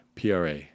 PRA